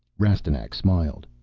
rastignac smiled.